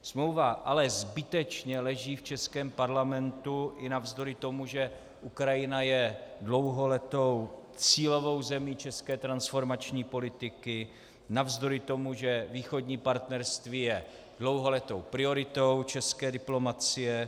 Smlouva ale zbytečně leží v českém parlamentu i navzdory tomu, že Ukrajina je dlouholetou cílovou zemí české transformační politiky, navzdory tomu, že Východní partnerství je dlouholetou prioritou české diplomacie.